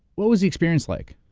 what was the experience like?